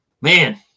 man